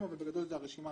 יבדוק את האנשים האלה.